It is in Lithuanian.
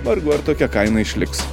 vargu ar tokia kaina išliks